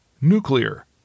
Nuclear